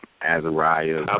Azariah